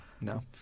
No